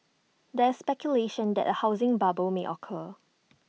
there is speculation that A housing bubble may occur